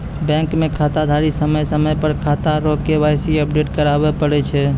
bank मे खाताधारी समय समय पर खाता रो के.वाई.सी अपडेट कराबै पड़ै छै